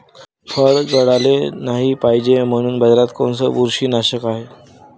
फळं गळाले नाही पायजे म्हनून बाजारात कोनचं बुरशीनाशक हाय?